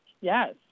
Yes